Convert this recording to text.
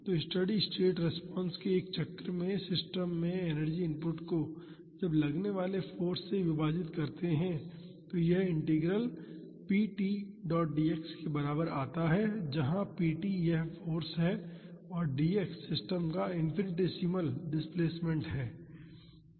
तो steady state response के एक चक्र में सिस्टम में एनर्जी इनपुट को जब लगने वाले फाॅर्स से विभाजित करते है तो ये इंटीग्रल p t dx के बराबर आता है जहा p t यह फाॅर्स है और dx सिस्टम का इनफिनिटिसिमल डिस्प्लेसमेंट है